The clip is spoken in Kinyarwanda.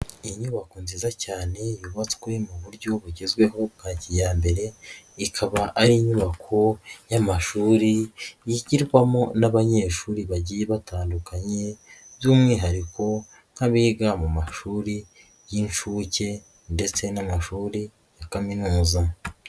Inyubako nziza cyane yubatswe mu buryo bugezweho bwa kiyambere ikaba ari inyubako y'amashuri yigirwamo n'abanyeshuri bagiye batandukanye by'umwihariko nk'abiga mu mashuri y'inshuke ndetse n'amashuri ya kaminuza.